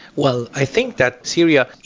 well, i think that syria,